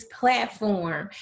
platform